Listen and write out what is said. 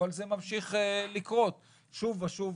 אבל זה ממשיך לקרות שוב ושוב,